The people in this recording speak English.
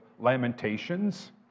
Lamentations